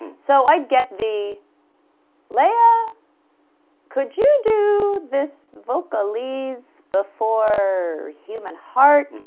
so i'd get the lea ah could you do this vocal ease before human heart?